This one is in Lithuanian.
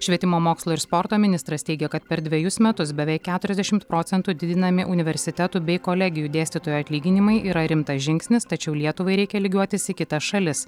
švietimo mokslo ir sporto ministras teigia kad per dvejus metus beveik keturiasdešimt procentų didinami universitetų bei kolegijų dėstytojų atlyginimai yra rimtas žingsnis tačiau lietuvai reikia lygiuotis į kitas šalis